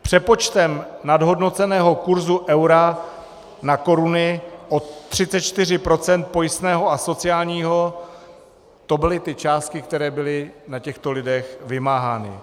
Přepočtem nadhodnoceného kurzu eura na koruny o 34 % pojistného a sociálního, to byly ty částky, které byly na těchto lidech vymáhány.